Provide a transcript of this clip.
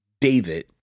David